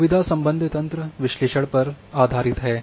सुविधा प्रबंधन तंत्र विश्लेषण पर आधारित है